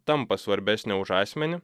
tampa svarbesnė už asmenį